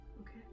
Okay